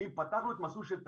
אם פתחנו את המסלול של תצהיר,